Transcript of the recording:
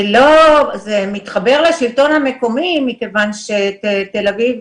מתחבר לשלטון המקומי מכיוון שתל אביב